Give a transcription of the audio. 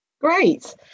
great